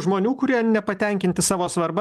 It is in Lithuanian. žmonių kurie nepatenkinti savo svarba